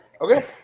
okay